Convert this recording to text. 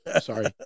sorry